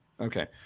Okay